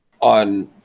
on